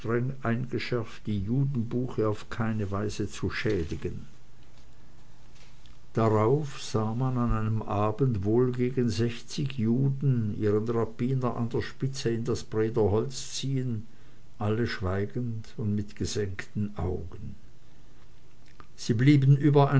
eingeschärft die judenbuche auf keine weise zu schädigen darauf sah man an einem abende wohl gegen sechzig juden ihren rabbiner an der spitze in das brederholz ziehen alle schweigend und mit gesenkten augen sie blieben über